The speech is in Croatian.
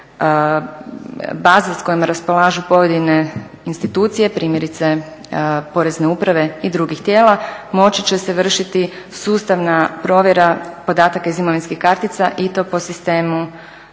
baze s kojima raspolažu pojedine institucije primjerice Porezne uprave i druga tijela moći će se vršiti sustavna provjera podataka iz imovinskih kartica i to po sistemu